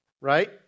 Right